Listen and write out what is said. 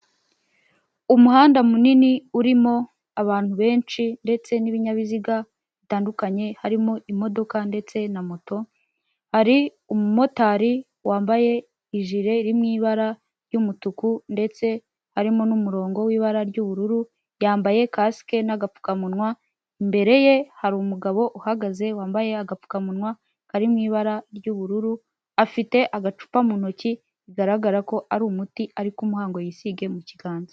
Umuhanda munini urimo abantu benshi ndetse n'ibinyabiziga bitandukanye harimo imodoka ndetse na moto, hari umumotari wambaye ijire iri mu ibara ry'umutuku ndetse harimo n'umurongo w'ibara ry'ubururu, yambaye kasike n'agapfukamunwa, imbere ye hari umugabo uhagaze wambaye agapfukamunwa kari mu ibara ry'ubururu, afite agacupa mu ntoki bigaragara ko ari umuti ari kumuha ngo yisige mu kiganza.